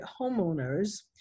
homeowners